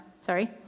sorry